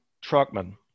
Truckman